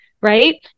right